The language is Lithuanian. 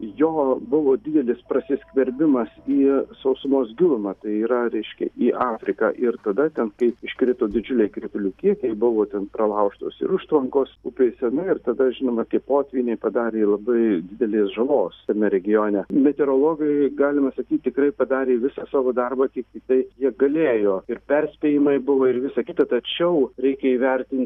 jo buvo didelis prasiskverbimas į sausumos gilumą tai yra reiškia į afriką ir tada ten kai iškrito didžiuliai kritulių kiekiai buvo ten pralaužtos ir užtvankos upėse na ir tada žinoma tie potvyniai padarė labai didelės žalos tame regione meteorologai galima sakyt tikrai padarė visą savo darbą kiek tiktai jie galėjo ir perspėjimai buvo ir visa kita tačiau reikia įvertinti